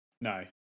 No